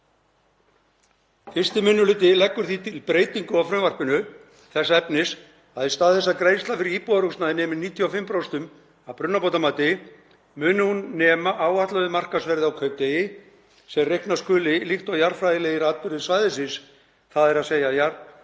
Fyrsti minni hluti leggur því til breytingu á frumvarpinu þess efnis að í stað þess að greiðsla fyrir íbúðarhúsnæði nemi 95% af brunabótamati muni hún nema áætluðu markaðsverði á kaupdegi sem reiknað skuli líkt og jarðfræðilegir atburðir svæðisins, þ.e. jarðhræringar